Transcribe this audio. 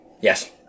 Yes